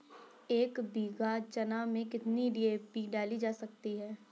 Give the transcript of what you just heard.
एक बीघा चना में कितनी डी.ए.पी डाली जा सकती है?